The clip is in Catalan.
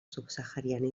subsahariana